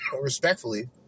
respectfully